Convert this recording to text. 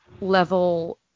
level